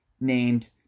Named